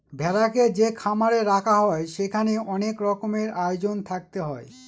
ভেড়াকে যে খামারে রাখা হয় সেখানে অনেক রকমের আয়োজন থাকতে হয়